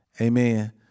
amen